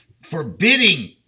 forbidding